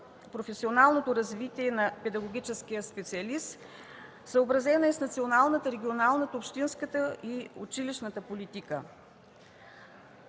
професионалното развитие на педагогическия специалист, съобразена е с националната, регионалната, общинската и училищната политика.